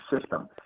system